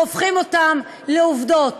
והופכים אותם לעובדות.